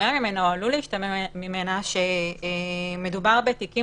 עלול להשתמע ממנה שמדובר בתיקים